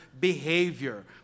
behavior